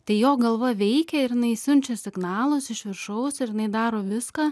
tai jo galva veikia ir jinai siunčia signalus iš viršaus ir jinai daro viską